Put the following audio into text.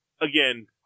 again